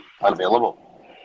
unavailable